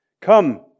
Come